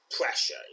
pressure